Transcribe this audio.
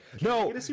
No